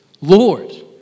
Lord